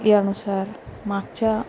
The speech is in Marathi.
यानुसार मागच्या